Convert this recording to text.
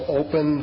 open